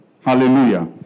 hallelujah